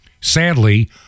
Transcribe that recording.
Sadly